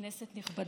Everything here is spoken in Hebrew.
כנסת נכבדה,